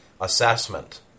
assessment